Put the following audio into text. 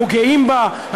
אנחנו גאים בה,